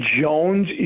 Jones